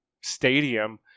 stadium